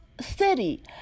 City